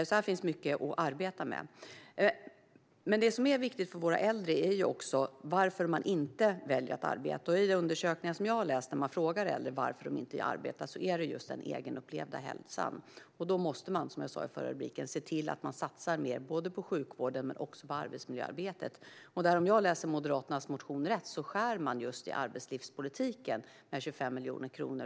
Här finns alltså mycket att arbeta med. Det som är viktigt för våra äldre är också varför man väljer att inte arbeta. I de undersökningar som jag har läst när man frågar äldre varför de inte vill arbeta är det just den egenupplevda hälsan som är skälet. Då måste man, som jag sa tidigare, se till att satsa mer på både sjukvården och arbetsmiljöarbetet. Om jag läser Moderaternas motion rätt skär man just i arbetslivspolitiken.